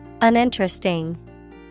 Uninteresting